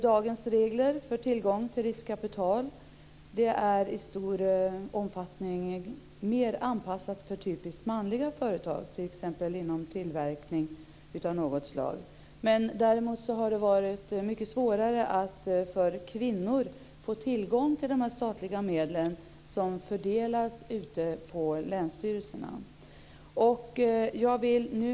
Dagens regler för tillgång till riskkapital är i stor omfattning mer anpassade för typiskt manliga företag, t.ex. inom tillverkning av något slag. Det har däremot varit mycket svårare för kvinnor att få tillgång till de här statliga medlen, som fördelas ute på länsstyrelserna.